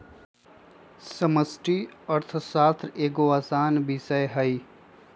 समष्टि अर्थशास्त्र एगो असान विषय हइ